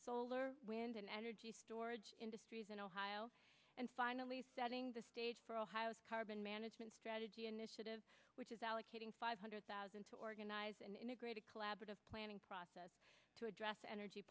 solar wind energy storage industries and finally setting the stage for a carbon management strategy initiative which is allocating five hundred thousand to organize an integrated collaborative planning process to address energy